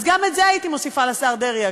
אז גם את זה הייתי מוסיפה לשר דרעי,